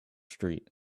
street